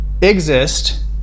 Exist